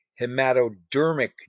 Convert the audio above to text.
hematodermic